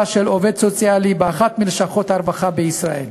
של עובד סוציאלי באחת מלשכות הרווחה בישראל.